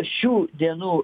šių dienų